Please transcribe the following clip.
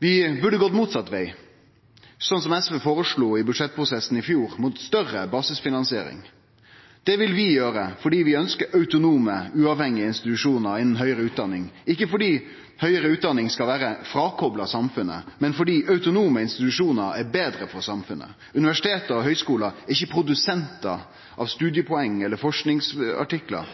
Vi burde ha gått motsett veg, slik SV føreslo i budsjettprosessen i fjor, mot større basisfinansiering. Det vil vi gjere fordi vi ønskjer autonome, uavhengige institusjonar innan høgare utdanning, ikkje fordi høgare utdanning skal vere frakopla samfunnet, men fordi autonome institusjonar er betre for samfunnet. Universitet og høgskular er ikkje produsentar av studiepoeng eller forskingsartiklar;